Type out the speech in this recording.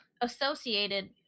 associated